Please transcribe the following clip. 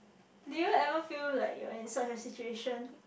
did you ever feel like you are in such a situation